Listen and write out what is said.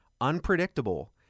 unpredictable